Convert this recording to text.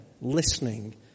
Listening